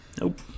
Nope